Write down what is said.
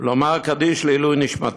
לומר קדיש לעילוי נשמתו.